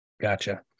gotcha